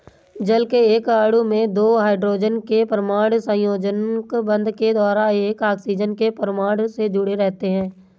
जल के एक अणु में दो हाइड्रोजन के परमाणु सहसंयोजक बंध के द्वारा एक ऑक्सीजन के परमाणु से जुडे़ रहते हैं